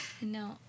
No